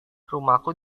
rumahku